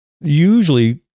usually